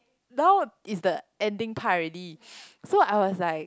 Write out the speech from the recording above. now is the ending part already so I was like